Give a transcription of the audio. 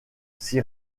s’y